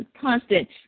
constant